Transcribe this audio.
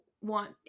want